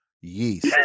Yeast